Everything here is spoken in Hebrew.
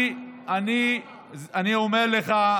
אבל שהוא ינטרל את הקורונה.